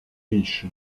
riche